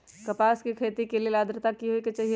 कपास के खेती के लेल अद्रता की होए के चहिऐई?